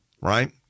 Right